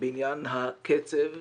בעניין הקצב.